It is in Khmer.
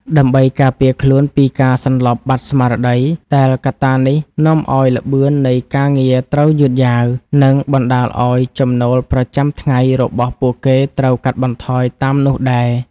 ដើម្បីការពារខ្លួនពីការសន្លប់បាត់ស្មារតី ដែលកត្តានេះនាំឱ្យល្បឿននៃការងារត្រូវយឺតយ៉ាវ និងបណ្តាលឱ្យចំណូលប្រចាំថ្ងៃរបស់ពួកគេត្រូវកាត់បន្ថយតាមនោះដែរ។